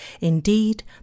Indeed